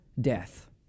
death